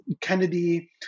Kennedy